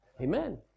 Amen